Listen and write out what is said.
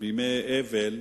בימי אבל,